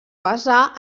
basar